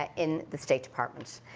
ah in the state department.